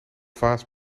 vaas